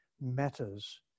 matters